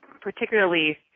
particularly